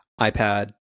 iPad